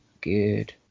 Good